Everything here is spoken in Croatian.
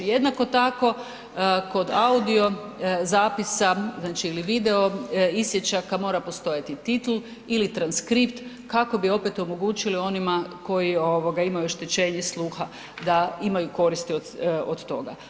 Jednako tako kod audio zapisa znači ili video isječaka mora postojati titl ili transkript kako bi opet omogućili onima koji ovoga imaju oštećenje sluha da imaju koristi od toga.